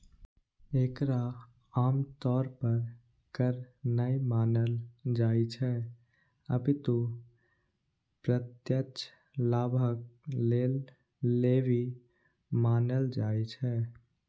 एकरा आम तौर पर कर नै मानल जाइ छै, अपितु प्रत्यक्ष लाभक लेल लेवी मानल जाइ छै